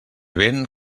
vent